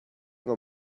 ngam